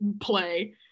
play